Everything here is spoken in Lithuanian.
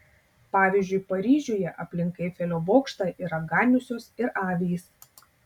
pavyzdžiui paryžiuje aplink eifelio bokštą yra ganiusios ir avys